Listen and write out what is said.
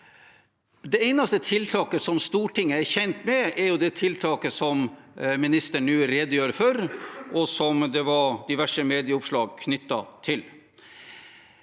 Det eneste tiltaket som Stortinget er kjent med, er det tiltaket som ministeren nå redegjør for, og som det var diverse medieoppslag knyttet til.